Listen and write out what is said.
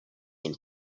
and